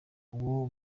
uwo